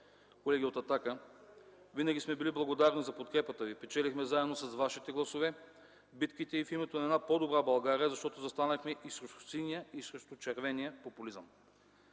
Колеги от „Атака”, винаги сме били благодарни за подкрепата ви. Печелихме заедно с вашите гласове битките и в името на една по-добра България, защото застанахме и срещу синия, и срещу червения популизъм,